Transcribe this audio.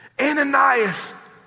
Ananias